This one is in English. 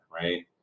right